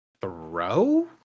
Throw